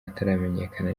hataramenyekana